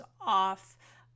off